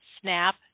snap